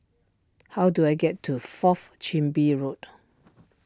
how do I get to Fourth Chin Bee Road